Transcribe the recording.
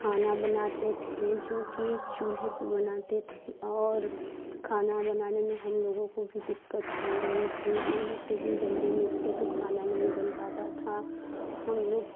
खाना बनाते थे जो कि एक चूल्हे पर बनाते थे और खाना बनाने में हम लोगों को भी दिक्कत हो रही थी हम लोग कहीं जल्दी में थे तो खाना नहीं बन पाता था हम लोग